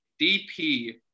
DP